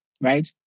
right